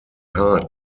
hard